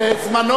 בזמנו,